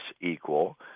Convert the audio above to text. equal